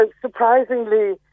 surprisingly